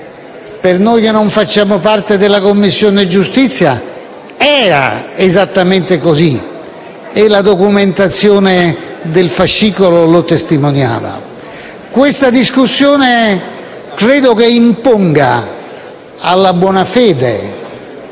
Per noi che non facciamo parte di quella Commissione era esattamente così e la documentazione del fascicolo lo testimoniava. Credo che questa discussione imponga alla buona fede